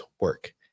work